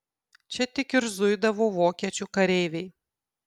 čia tik ir zuidavo vokiečių kareiviai